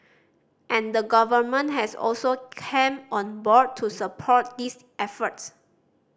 and the Government has also came on board to support these efforts